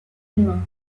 humain